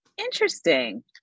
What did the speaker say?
Interesting